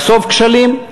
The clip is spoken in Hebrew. לחשוף כשלים,